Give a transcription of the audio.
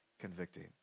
convicting